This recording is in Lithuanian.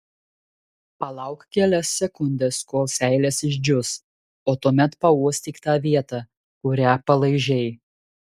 palauk kelias sekundes kol seilės išdžius o tuomet pauostyk tą vietą kurią palaižei